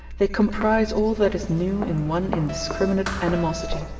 they comprise all that is new in one indiscriminate animosity.